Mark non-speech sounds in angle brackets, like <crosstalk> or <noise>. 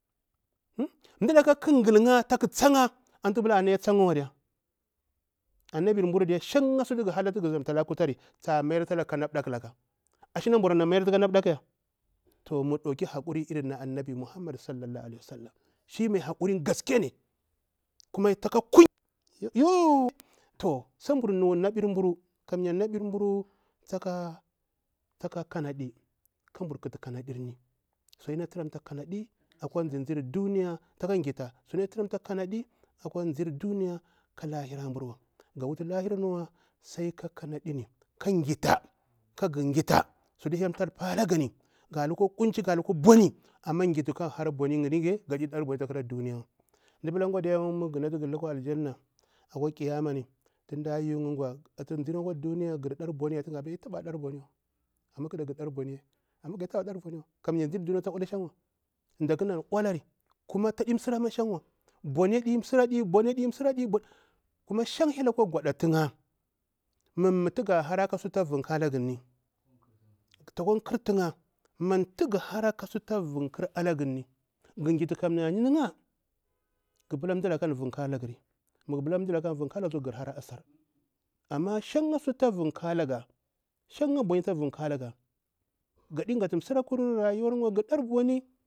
Mdalaka kha ghal'ya kha tsa'ya gaɗi tuwa, annabir mburu shan sutu gha hallari na ɗimi tsa mayar tala gha ka alheri, ashina mburna mayartu ka na ɗakuya, to mu ɗauki hakuri irin na annabi muhammadu sallallahu alaihi wasallam hakurin gaske ne yooo, to sai mbur nuw nabir mburu tsaka kanani kabur khafu kanadirni akwa duniya sai mbur khati kanaɗirni sai ghita, sudi na tharam ta kanadi kwa mzir duniya ka khira mburwa mda wutu lahira wa sai ka kanaɗi suytu hyel palaga ga lukwa kunci ga lukwa bauni sagha ghita kara bauni gaɗi dar bauni akwa duniya, mugha lukwa aljanna mda yu'ya ghar taɓa da bauni ya ta pila awqo, amma ghaza ghar da bauni ye kamye mzir duniya shang taɗi hang mai ɗaku ni an olari boni aɗi msra adi shang hyel akwa gwaɗa ti'ya, mummu tha ga harari ka sutu ta vung kalaghari ta kwa khartun'ya ka sututa vungkharalaghari gha ghita am'yani na'iya mri mah gha pila mdalaka an vungkharalaga ghar hara asar amma shan sutu ta vungkharalaga gadi gha msira kurawa. <unintelligible>